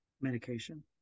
medication